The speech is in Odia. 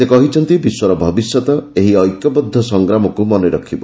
ସେ କହିଛନ୍ତି ବିଶ୍ୱର ଭବିଷ୍ୟତ ଏହି ଐକ୍ୟବଦ୍ଧ ସଂଗ୍ରାମକୁ ମନେରଖିବ